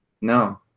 no